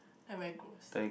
I very gross